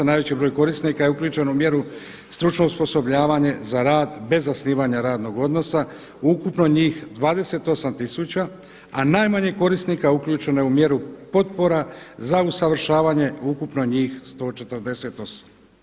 Najveći broj korisnika je uključen u mjeru stručno osposobljavanje za rad bez zasnivanja radnog odnosa, ukupno njih 28000, a najmanje korisnika uključeno je u mjeru potpora za usavršavanje ukupno njih 148.